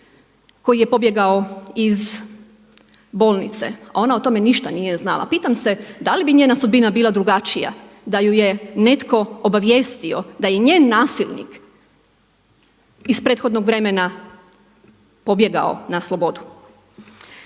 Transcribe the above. koji je pobjegao iz bolnice a ona o tome ništa nije znala. Pitam se da li bi njena sudbina bila drugačija da ju je netko obavijestio da je nje nasilnik iz prethodnog vremena pobjegao na slobodu?